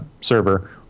server